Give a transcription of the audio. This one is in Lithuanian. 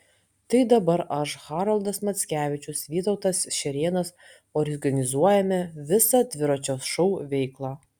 tai dabar aš haroldas mackevičius vytautas šerėnas organizuojame visą dviračio šou veiklą